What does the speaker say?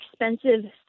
expensive